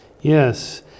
yes